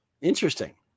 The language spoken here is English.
Interesting